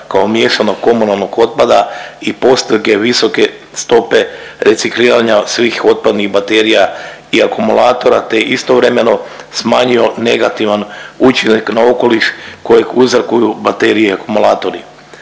kao miješanog komunalnog otpada i .../Govornik se ne razumije./... visoke stope recikliranja svih otpadnih baterija i akumulatora te istovremeno smanjio negativan učinak na okoliš kojeg uzrokuju baterije i akumulatori.